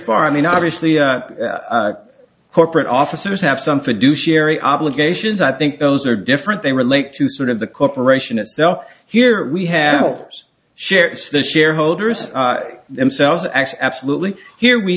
far i mean obviously corporate officers have something to do sherry obligations i think those are different they relate to sort of the corporation itself here we have share it's the shareholders themselves as absolutely here we